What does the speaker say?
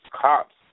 cops